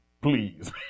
Please